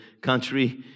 country